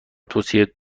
توصیه